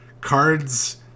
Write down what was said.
cards